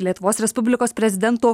lietuvos respublikos prezidento